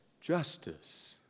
justice